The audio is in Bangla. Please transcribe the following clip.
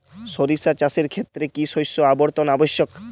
সরিষা চাষের ক্ষেত্রে কি শস্য আবর্তন আবশ্যক?